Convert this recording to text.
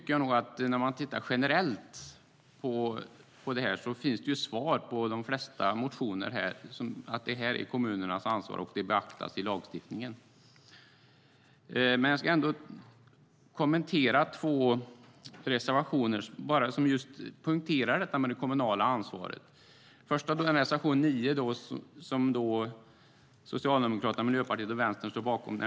Generellt finns det svar på de flesta motioner här. Det här är kommunernas ansvar, och det beaktas i lagstiftningen. Jag ska dock ändå kommentera två reservationer som just poängterar det kommunala ansvaret. Först är det reservation 9, som Socialdemokraterna, Miljöpartiet och Vänstern står bakom.